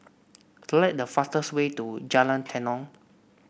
select the fastest way to Jalan Tenon